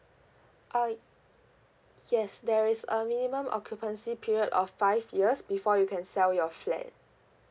uh yes there is a minimum occupancy period of five years before you can sell your flat